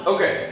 Okay